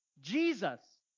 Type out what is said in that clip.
Jesus